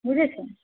বুঝেছেন